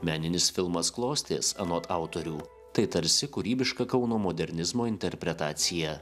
meninis filmas klostės anot autorių tai tarsi kūrybiška kauno modernizmo interpretacija